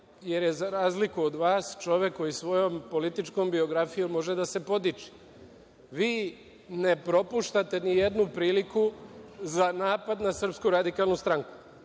jer je, za razliku od vas, čovek koji svojom političkom biografijom može da se podiči. Vi ne propuštate ni jednu priliku za napad na SRS. Vi ste,